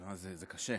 זה קשה,